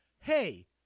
hey